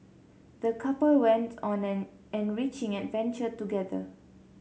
the couple went on an enriching adventure together